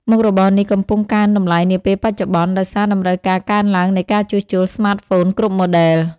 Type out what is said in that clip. មុខរបរនេះកំពុងកើនតម្លៃនាពេលបច្ចុប្បន្ន ដោយសារតម្រូវការកើនឡើងនៃការជួសជុលស្មាតហ្វូនគ្រប់ម៉ូឌែល។